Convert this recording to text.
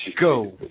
Go